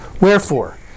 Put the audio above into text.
Wherefore